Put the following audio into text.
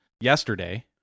Yesterday